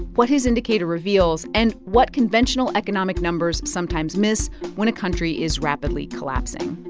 what his indicator reveals and what conventional economic numbers sometimes miss when a country is rapidly collapsing